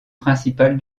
principal